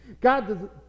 God